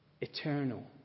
Eternal